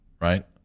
right